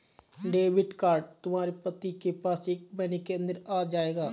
debit card तुम्हारे पति के पास एक महीने के अंदर आ जाएगा